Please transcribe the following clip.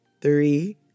three